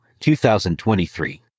2023